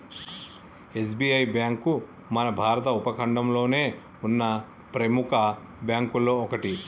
SBI bank మన భారత ఉపఖండంలోనే ఉన్న ప్రెముఖ బ్యేంకుల్లో ఒకటి